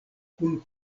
kun